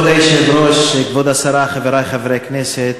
כבוד היושב-ראש, כבוד השרה, חברי חברי הכנסת,